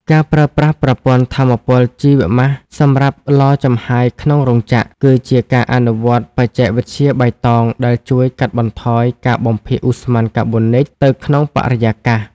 ការប្រើប្រាស់ប្រព័ន្ធថាមពលជីវម៉ាសសម្រាប់ឡចំហាយក្នុងរោងចក្រ គឺជាការអនុវត្តបច្ចេកវិទ្យាបៃតងដែលជួយកាត់បន្ថយការបំភាយឧស្ម័នកាបូនិចទៅក្នុងបរិយាកាស។